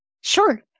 Sure